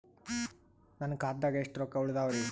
ನನ್ನ ಖಾತಾದಾಗ ಎಷ್ಟ ರೊಕ್ಕ ಉಳದಾವರಿ?